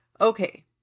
Okay